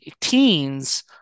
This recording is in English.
teens